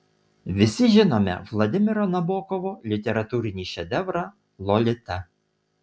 visi žinome vladimiro nabokovo literatūrinį šedevrą lolita